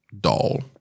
doll